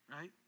right